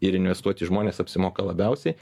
ir investuoti į žmones apsimoka labiausiai